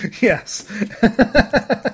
Yes